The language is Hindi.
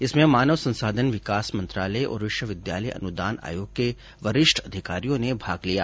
इसमें मानव संसाधन विकास मंत्रालय और विश्वविद्यालय अनुदान आयोग के वरिष्ठ अधिकारियों ने भाग लिया